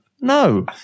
No